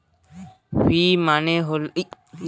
down payment দিয়ে যে দামী জিনিস গুলো কেনা হয়